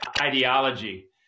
ideology